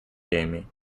jamie